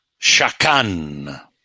shakan